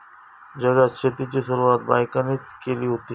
जगात शेतीची सुरवात बायकांनीच केली हुती